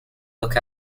look